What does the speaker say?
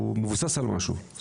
הוא מבוסס על משהו?